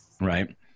Right